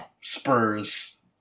Spurs